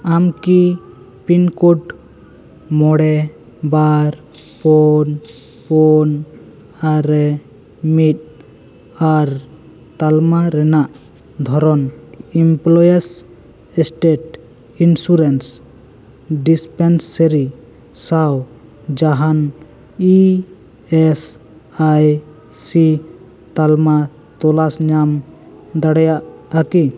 ᱟᱢ ᱠᱤ ᱯᱤᱱᱠᱳᱰ ᱢᱚᱬᱮ ᱵᱟᱨ ᱯᱩᱱ ᱯᱩᱱ ᱟᱨᱮ ᱢᱤᱫ ᱟᱨ ᱛᱟᱞᱢᱟ ᱨᱮᱱᱟᱜ ᱫᱷᱚᱨᱚᱱ ᱤᱢᱯᱞᱤᱭᱮᱥ ᱥᱴᱮᱴ ᱤᱱᱥᱩᱨᱮᱱᱥ ᱰᱤᱥᱯᱮᱱᱥᱮᱨᱤ ᱥᱟᱶ ᱡᱟᱦᱟᱱ ᱤ ᱮᱥ ᱟᱭ ᱥᱤ ᱛᱟᱞᱢᱟ ᱛᱚᱞᱟᱥ ᱧᱟᱢ ᱫᱟᱲᱮᱭᱟᱜᱼᱟ ᱠᱤ